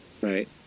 right